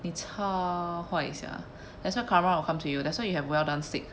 你超坏 sia that's why karma will come to you that's why you have well done steak